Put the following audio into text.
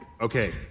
Okay